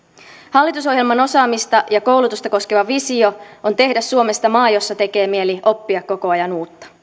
hallitusohjelman osaamista ja koulutusta koskeva visio on tehdä suomesta maa jossa tekee mieli oppia koko ajan uutta